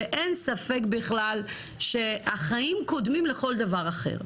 ואין ספק בכלל שהחיים קודמים לכל דבר אחר.